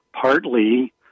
partly